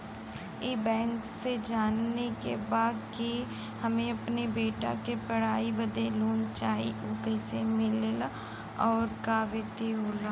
ई बैंक से जाने के बा की हमे अपने बेटा के पढ़ाई बदे लोन चाही ऊ कैसे मिलेला और का विधि होला?